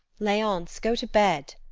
leonce, go to bed,